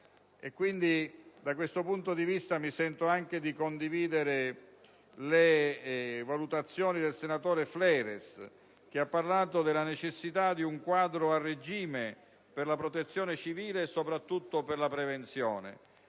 Da questo punto di vista mi sento di condividere le valutazioni del senatore Fleres, che ha parlato della necessità di un quadro a regime per la protezione civile e, soprattutto, per la prevenzione.